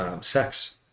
Sex